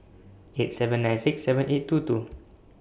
eight seven nine six seven eight two two